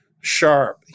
sharp